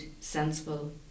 sensible